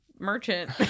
Merchant